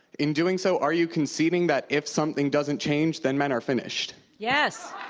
in doing so, are you conceding that if something doesn't change, then men are finished? yes.